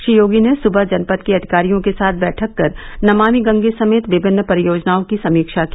श्री योगी ने सुबह जनपद के अधिकारियों के साथ बैठक कर नमामि गंगे समेत विभिन्न परियोजनाओं की समीक्षा की